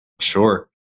Sure